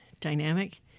dynamic